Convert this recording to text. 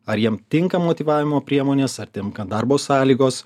ar jiem tinka motyvavimo priemonės ar tinka darbo sąlygos